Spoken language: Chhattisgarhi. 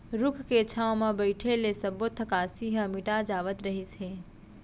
रूख के छांव म बइठे ले सब्बो थकासी ह मिटा जावत रहिस हे